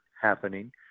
happening